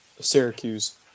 Syracuse